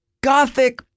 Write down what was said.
gothic